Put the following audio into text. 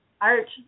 art